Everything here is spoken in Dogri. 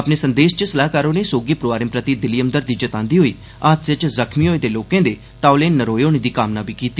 अपने संदेस च सलाहकार होरें सोगी परोआरें प्रति दिली हमदर्दी जतांदे होई हादसे च जख्मी होए दे लोकें दे तौले नरोए होने दी कामना बी कीती